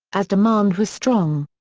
as demand was strong.